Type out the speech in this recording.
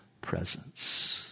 presence